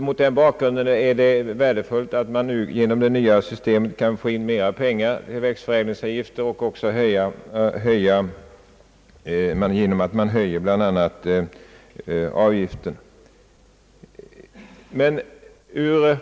Mot den bakgrunden är det värdefullt att genom det nya systemet kunna få in mer pengar i form av växtförädlingsavgifter samt också genom att höja avgiften.